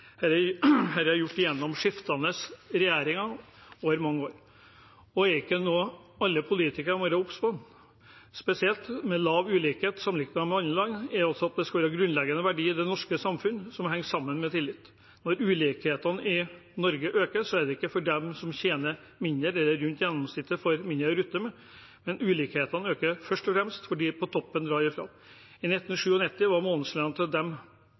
har skjedd med skiftende regjeringer over mange år. Dette er noe alle politikere må være obs på. Spesielt skal lav ulikhet sammenlignet med andre land være en grunnleggende verdi i det norske samfunnet, noe som henger sammen med tillit. Når ulikhetene i Norge øker, er det ikke fordi de som tjener mindre enn eller rundt gjennomsnittet, får mindre å rutte med, men først og fremst fordi de på toppen drar ifra. I 1997 var månedslønnen til